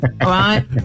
right